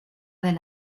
del